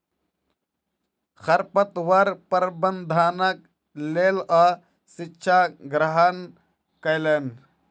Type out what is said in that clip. खरपतवार प्रबंधनक लेल ओ शिक्षा ग्रहण कयलैन